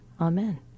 Amen